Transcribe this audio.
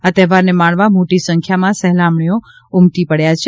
આ તહેવારને માણવા મોટી સંખ્યામાં સહેલાણીઓ ઉમટ્યા છે